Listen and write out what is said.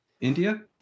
India